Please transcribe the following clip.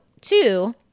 two